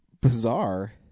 bizarre